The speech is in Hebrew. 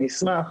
אני אשמח,